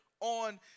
on